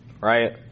right